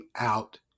out